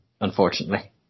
unfortunately